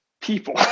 people